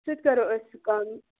سُہ تہِ کَرو أسۍ